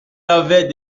avait